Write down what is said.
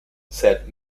said